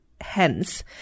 hence